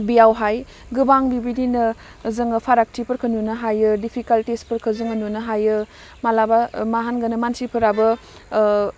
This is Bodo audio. बेयावहाय गोबां बिबायदिनो जोङो फारागथिफोरखो नुनो हायो डिपिकाल्टिसफोरखो जोङो नुनो हायो मालाबा मा होनगोन मानसिफोराबो